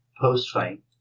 post-fight